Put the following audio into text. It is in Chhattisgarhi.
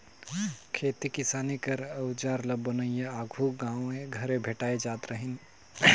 खेती किसानी कर अउजार ल बनोइया आघु गाँवे घरे भेटाए जात रहिन